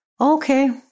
okay